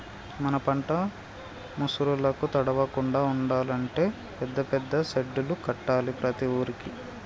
మన పంట ముసురులకు తడవకుండా ఉండాలి అంటే పెద్ద పెద్ద సెడ్డులు కట్టాలి ప్రతి ఊరుకి